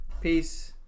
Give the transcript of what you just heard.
peace